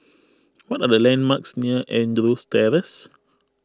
what are the landmarks near Andrews Terrace